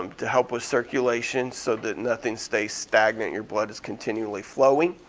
um to help with circulation so that nothing stays stagnant, your blood is continually flowing.